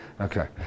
okay